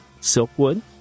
Silkwood